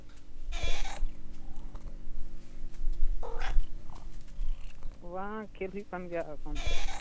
ᱵᱟᱝ ᱠᱷᱮᱹᱞ ᱦᱩᱭᱩᱜ ᱠᱟᱱ ᱜᱮᱭᱟ ᱮᱠᱷᱚᱱ